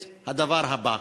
את הדבר הבא: